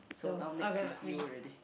so now next is you already